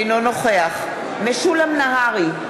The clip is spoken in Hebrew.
אינו נוכח משולם נהרי,